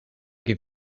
give